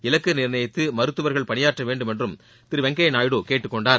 இலக்கு நிர்ணயித்து மருத்துவர்கள் பணியாற்ற வேண்டுமென்றும் திரு வெங்கையா நாயுடு கேட்டுக் கொண்டார்